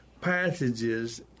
passages